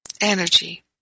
energy